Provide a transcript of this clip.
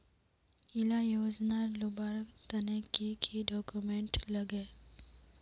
इला योजनार लुबार तने की की डॉक्यूमेंट लगे?